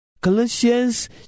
Colossians